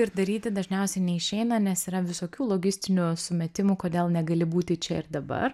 ir daryti dažniausiai neišeina nes yra visokių logistinių sumetimų kodėl negali būti čia ir dabar